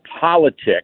politics